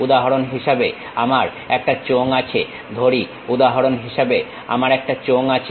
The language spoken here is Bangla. উদাহরণ হিসেবে আমার একটা চোঙ আছে ধরি উদাহরণ হিসেবে আমার একটা চোঙ আছে